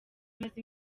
amaze